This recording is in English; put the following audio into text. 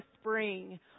spring